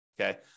Okay